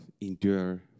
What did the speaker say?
endure